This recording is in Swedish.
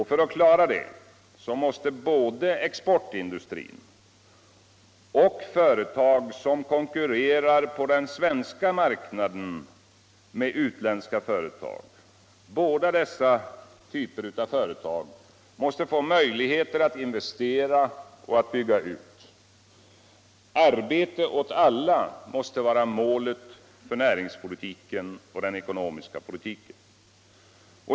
För att klara det måste både exportindustrin och företag som konkurrerar på den svenska marknaden med utländska företag få möjligheter att investera och bygga ut. Arbete åt alla måste vara målet för näringspolitiken och den ekonomiska politiken.